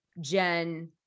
Jen